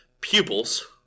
pupils